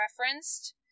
referenced